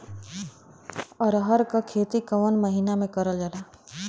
अरहर क खेती कवन महिना मे करल जाला?